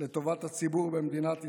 לטובת הציבור במדינת ישראל.